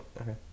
Okay